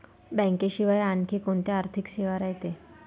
बँकेशिवाय आनखी कोंत्या आर्थिक सेवा रायते?